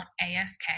ASK